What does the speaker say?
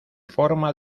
forma